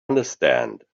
understand